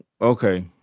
okay